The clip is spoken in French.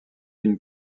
une